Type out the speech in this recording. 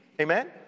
Amen